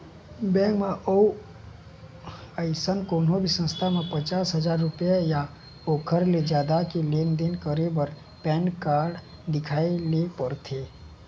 bank म य अउ अइसन कोनो भी संस्था म पचास हजाररूपिया य ओखर ले जादा के लेन देन करे बर पैन कारड देखाए ल परथे